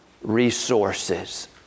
resources